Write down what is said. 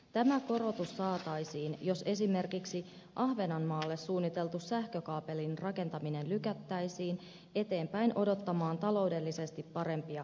tämä korotus saataisiin jos esimerkiksi ahvenanmaalle suunniteltua sähkökaapelin rakentamista lykättäisiin eteenpäin odottamaan taloudellisesti parempia aikoja